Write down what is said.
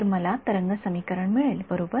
तर मला तरंग समीकरण मिळाले बरोबर